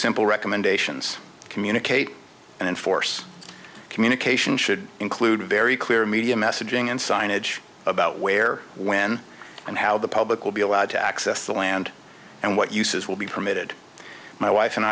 simple recommendations communicate and enforce communication should include a very clear media messaging and signage about where when and how the public will be allowed to access the land and what uses will be permitted my wife and